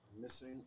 Missing